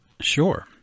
Sure